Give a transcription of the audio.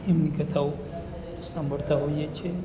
એમની કથાઓ સાંભળતા હોઈએ છીએ